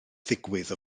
ddigwydd